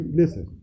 listen